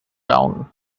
down